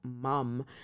Mum